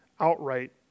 outright